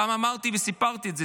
פעם אמרתי וסיפרתי את זה,